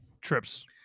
trips